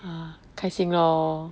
ah 开心 lor